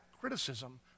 criticism